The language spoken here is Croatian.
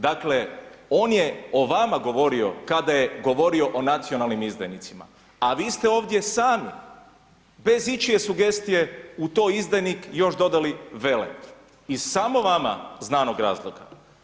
Dakle, on je o vama govorio kada je govorio o nacionalnim izdajnicima, a vi ste ovdje sami bez ičije sugestije u to izdajnik još dodali vele iz samo vama znanog razloga.